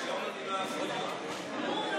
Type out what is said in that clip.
אדוני